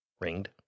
Ringed